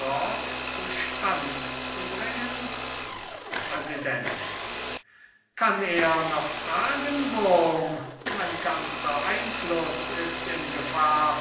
stand zu bringen präsident kann er noch fragen wurm mein ganzer einfluß ist in gefahr